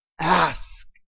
Ask